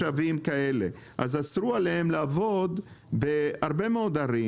אסרו עליהם לעבוד בהרבה מקומות,